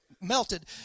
melted